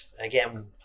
Again